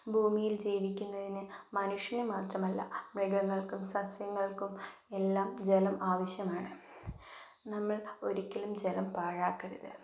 ഭൂമിയില് ജീവിക്കുന്നത്തിന് മനുഷൃനു മാത്രമല്ല മൃഗങ്ങള്ക്കും സസൃങ്ങള്ക്കും എല്ലാം ജലം ആവിശ്യമാണ് നമ്മള് ഒരിക്കലും ജലം പാഴാക്കരുത്